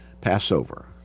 Passover